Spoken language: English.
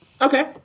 Okay